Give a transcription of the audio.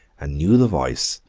and knew the voice,